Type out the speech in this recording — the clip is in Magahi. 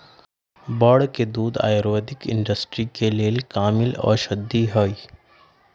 बड़ के दूध आयुर्वैदिक इंडस्ट्री के लेल कामिल औषधि हई